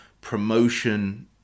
promotion